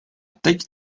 teď